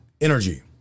energy